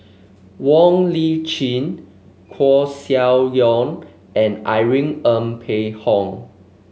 Wong Lip Chin Koeh Sia Yong and Irene Ng Phek Hoong